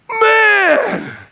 man